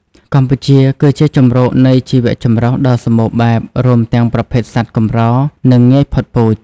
កម្ពុជាគឺជាជម្រកនៃជីវចម្រុះដ៏សំបូរបែប រួមទាំងប្រភេទសត្វកម្រ និងងាយផុតពូជ។